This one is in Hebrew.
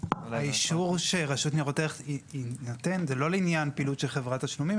האשרור שרשות ניירות ערך נותנת הוא לא לעניין פעילות של חברת תשלומים,